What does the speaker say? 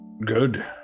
good